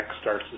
starts